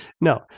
No